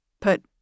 put